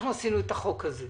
אנחנו עשינו את החוק הזה,